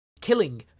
killing